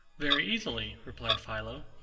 very easily, replied philo.